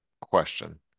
question